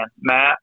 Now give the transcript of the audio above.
Matt